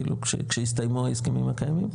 כאילו כשיסתיימו ההסכמים הקיימים?